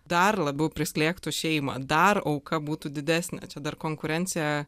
dar labiau prislėgtų šeimą dar auka būtų didesnė čia dar konkurencija